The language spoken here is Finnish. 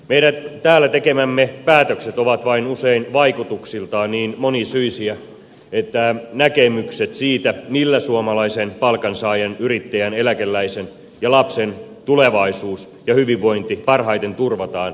meidän täällä tekemämme päätökset ovat vain usein vaikutuksiltaan niin monisyisiä että näkemykset siitä millä suomalaisen palkansaajan yrittäjän eläkeläisen ja lapsen tulevaisuus ja hyvinvointi parhaiten turvataan ovat erilaisia